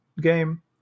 game